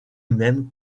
même